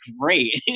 great